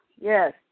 yes